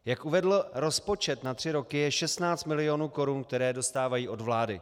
Jak uvedl, rozpočet na tři roky je 16 milionů korun, které dostávají od vlády.